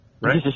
Right